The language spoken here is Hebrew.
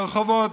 ברחובות,